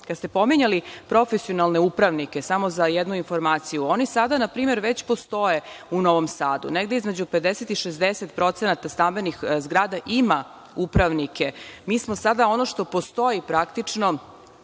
ste pominjali profesionalne upravnike, samo jedna informacija, oni sada npr. već postoje u Novom Sadu, negde između 50 i 60% stambenih zgrada ima upravnike. Mi smo sada ono što postoji, praktično,